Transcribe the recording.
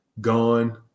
Gone